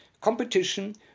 competition